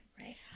Right